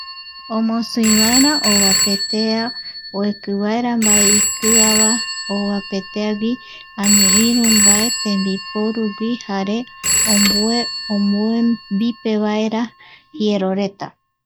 Omosii vaera ovapetea, oeki vaera mbae ikia va ovapetegui, ani iru mbae tembiporugui jare omo omoembipe vaera jiero